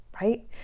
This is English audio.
right